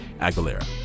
Aguilera